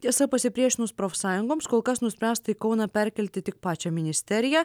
tiesa pasipriešinus profsąjungoms kol kas nuspręsta į kauną perkelti tik pačią ministeriją